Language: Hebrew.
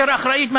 יותר אחראית,